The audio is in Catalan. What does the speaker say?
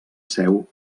seu